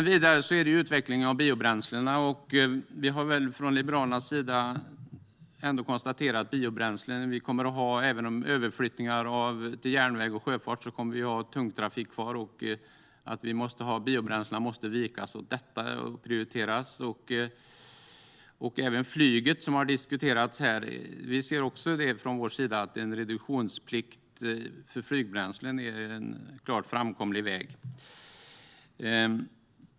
Vidare gäller det utvecklingen av biobränslena. Vi har från Liberalernas sida konstaterat att även med överflyttning till järnväg och sjöfart kommer vi att ha tung trafik kvar. Biobränslena måste vikas åt denna och prioriteras. Även flyget har diskuterats här. Vi ser från vår sida att en reduktionsplikt för flygbränslen är en klart framkomlig väg.